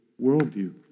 worldview